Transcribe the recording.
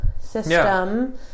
system